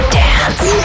dance